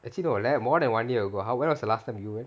actually no more than one year ago how when was the last time you went